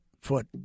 foot